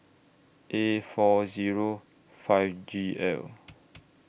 A four Zero five G L